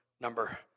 number